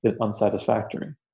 unsatisfactory